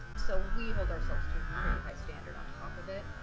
so we hold ourselves to a pretty high standard on top of it.